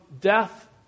death